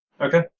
Okay